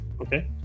Okay